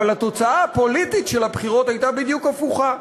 אבל התוצאה הפוליטית של הבחירות הייתה בדיוק הפוכה.